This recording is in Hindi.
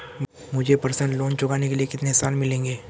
मुझे पर्सनल लोंन चुकाने के लिए कितने साल मिलेंगे?